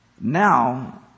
Now